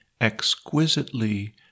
exquisitely